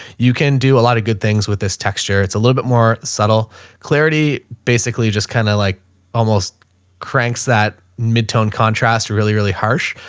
you can do a lot of good things with this texture. it's a little bit more subtle clarity. basically just kind of like almost cranks that mid-tone contrast really, really harsh.